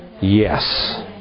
yes